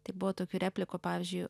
tai buvo tokių replikų pavyzdžiui